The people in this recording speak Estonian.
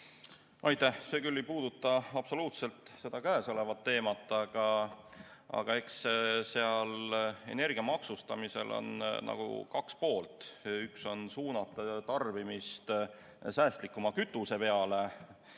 Aitäh! See küll ei puuduta absoluutselt käesolevat teemat. Aga eks energia maksustamisel on nagu kaks poolt: üks on suunata tarbimist säästlikuma kütuse peale,